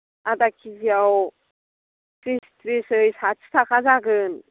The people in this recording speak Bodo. आदा किजियाव थ्रिस थ्रिसयै साथि थाखा जागोन